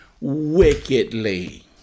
wickedly